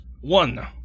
One